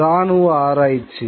இராணுவ ஆராய்ச்சி